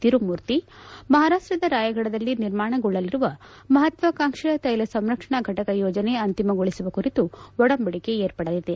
ತಿರುಮೂರ್ತಿ ಮಹಾರಾಷ್ಷದ ರಾಯಗಢದಲ್ಲಿ ನಿರ್ಮಾಣಗೊಳ್ಳಲಿರುವ ಮಪತ್ತಾಕಾಂಕ್ಷೆಯ ತ್ಯೆಲ ಸಂಸ್ತರಣಾ ಘಟಕ ಯೋಜನೆ ಅಂತಿಮಗೊಳಿಸುವ ಕುರಿತು ಒಡಂಬಡಿಕೆ ಏರ್ಪಡಲಿದೆ